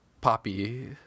poppy